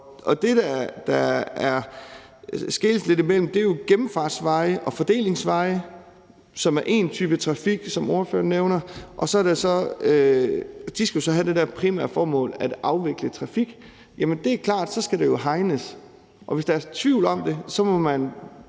det, der skelnes lidt imellem, er gennemfartsveje og fordelingsveje, som er én type trafik, som ordføreren nævner. De skal have det primære formål at afvikle trafik, og så er det jo klart, at det skal hegnes, og hvis der er tvivl om det, må man